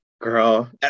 Girl